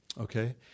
okay